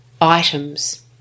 items